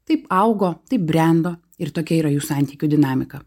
taip augo taip brendo ir tokia yra jų santykių dinamika